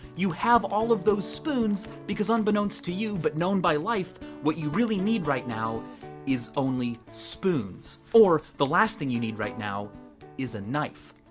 you have all of those spoons, because unbeknownst to you, but known by life, what you really need right now is only spoons. or, the last thing you need right now is a knife.